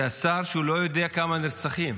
זה השר שלא יודע כמה נרצחים